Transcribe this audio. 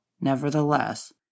nevertheless